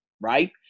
right